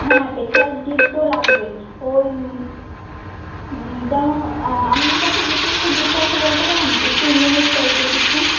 হ্যাঁ স্পেশাল গিফটও লাগবে ওই যেমন আপনার কাছে কী কী একটু গিফট আছে বলতে পারেন একটু ইউনিক টাইপের কিছু